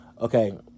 Okay